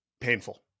painful